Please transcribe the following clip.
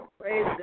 Praise